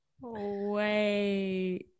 Wait